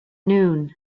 noon